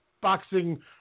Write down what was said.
boxing